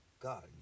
God